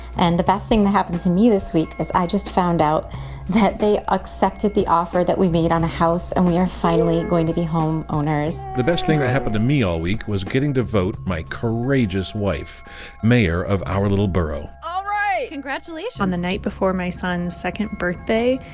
and the best thing that happened to me this week is i just found out that they accepted the offer that we made on a house. and we are finally going to be homeowners the best thing that happened to me all week was getting to vote my courageous wife mayor of our little borough all right congratulations on the night before my son's second birthday,